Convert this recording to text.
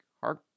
heart